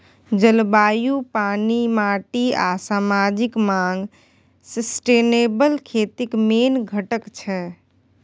जलबायु, पानि, माटि आ समाजिक माँग सस्टेनेबल खेतीक मेन घटक छै